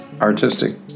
artistic